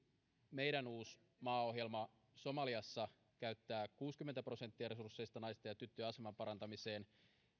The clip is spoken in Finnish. meidän uusi maaohjelma somaliassa käyttää kuusikymmentä prosenttia resursseista naisten ja tyttöjen aseman parantamiseen